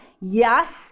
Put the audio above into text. Yes